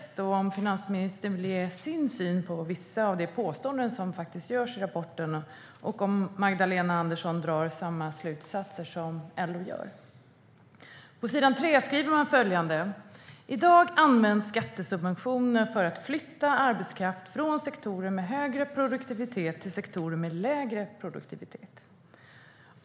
Därför vore det bra om finansministern kunde ge sin syn på vissa av de påståenden som görs i rapporten och säga om hon drar samma slutsatser som LO gör. På s. 3 skriver man följande: "Idag används skattesubventioner för att flytta arbetskraft från sektorer med högre produktivitet till sektorer med lägre produktivitet."